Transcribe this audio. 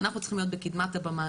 אנחנו צריכים להיות בקדמת הבמה,